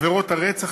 עבירת הרצח,